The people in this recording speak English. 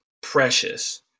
precious